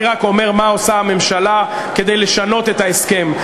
אני רק אומר מה עושה הממשלה כדי לשנות את ההסכם.